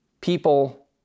people